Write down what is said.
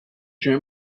speak